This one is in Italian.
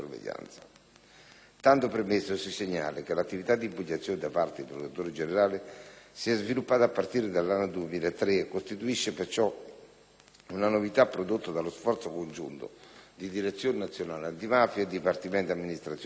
Tanto premesso, si segnala che l'attività di impugnazione da parte dei procuratori generali si è sviluppata a partire dall'anno 2003 e costituisce, perciò, una novità prodotta dallo sforzo congiunto di Direzione nazionale antimafia e Dipartimento dell'amministrazione penitenziaria: